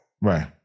Right